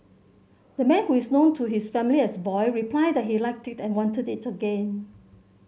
the man who is known to his family as Boy replied that he liked it and wanted it again